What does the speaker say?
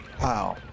Wow